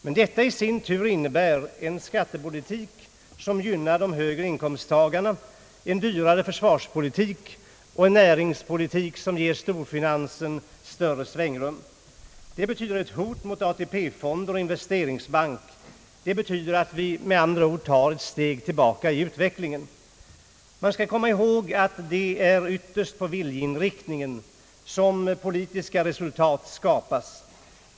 Men detta i sin tur innebär en skattepolitik som gynnar de högre inkomsttagarna, en dyrare försvarspolitik och en näringspolitik som ger storfinansen större svängrum. Det betyder ett hot mot ATP-fonder och investeringsbank. Det betyder med andra ord att vi tar ett steg tillbaka i utvecklingen. Man skall komma ihåg att det är ytterst på viljeinriktningen som politiska resultat skapas.